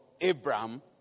Abraham